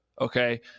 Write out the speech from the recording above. Okay